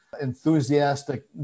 enthusiastic